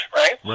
right